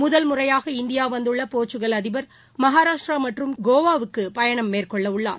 முதல் முறையாக இந்தியா வந்துள்ள போர்ச்சுக்கல் அதிபா் மகாராஷ்டிரா மற்றும் கோவாவுக்கு பயணம் மேற்கொள்ளவுள்ளார்